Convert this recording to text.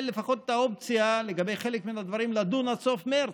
לפחות את האופציה לגבי חלק מהדברים לדון עד סוף מרץ,